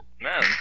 Man